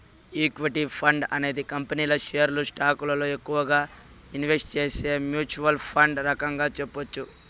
equity fund అనేది కంపెనీల షేర్లు స్టాకులలో ఎక్కువగా ఇన్వెస్ట్ చేసే మ్యూచ్వల్ ఫండ్ రకంగా చెప్పొచ్చు